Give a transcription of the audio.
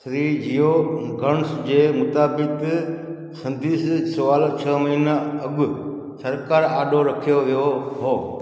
श्री जियोर्गनस जे मुताबिक़ संदिस सुवालु छह महिना अॻु सरकारि आॾो रखियो वियो हो